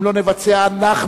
אם לא נבצע אנחנו